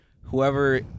whoever